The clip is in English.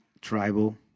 Tribal